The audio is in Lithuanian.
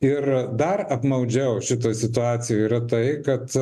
ir dar apmaudžiau šitoj situacijoj yra tai kad